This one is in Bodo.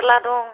फोरला दं